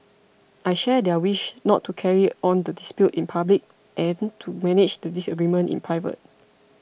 I share their wish not to carry on the dispute in public and to manage the disagreement in private